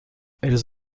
elles